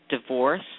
divorce